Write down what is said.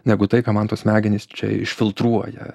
negu tai ką man tos smegenys čia išfiltruoja